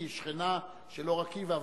כי היא שכנה של אור-עקיבא,